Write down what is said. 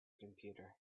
computer